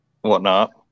whatnot